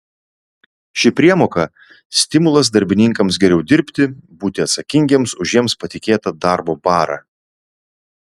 ši priemoka stimulas darbininkams geriau dirbti būti atsakingiems už jiems patikėtą darbo barą